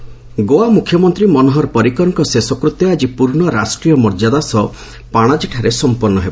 ପରିକର୍ ଗୋଆ ମୁଖ୍ୟମନ୍ତ୍ରୀ ମନୋହର ପରିକରଙ୍କର ଶେଷକୃତ୍ୟ ଆଜି ପୂର୍ଣ୍ଣ ରାଷ୍ଟ୍ରୀୟ ମର୍ଯ୍ୟାଦା ସହ ପାଶାଜୀଠାରେ ସମ୍ପନ୍ନ ହେବ